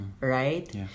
right